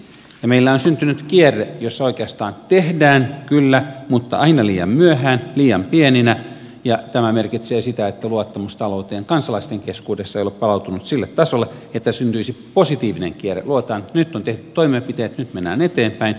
meille on syntynyt kierre jossa oikeastaan tehdään kyllä mutta aina liian myöhään liian pieninä toimina ja tämä merkitsee sitä että luottamus talouteen kansalaisten keskuudessa ei ole palautunut sille tasolle että syntyisi positiivinen kierre luotetaan että nyt on tehty toimenpiteet nyt mennään eteenpäin